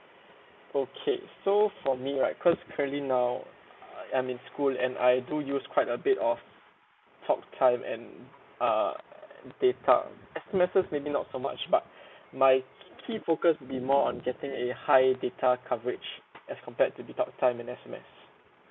okay so for me right cause currently now uh I'm in school and I do use quite a bit of talk time and uh data S_M_Ses maybe not so much but my key focus will be more on getting a high data coverage as compared to the talk time and S_M_S